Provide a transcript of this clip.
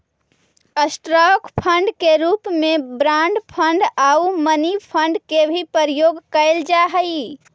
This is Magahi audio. स्टॉक फंड के रूप में बॉन्ड फंड आउ मनी फंड के भी प्रयोग कैल जा हई